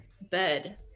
bed